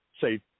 say